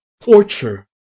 torture